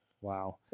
Wow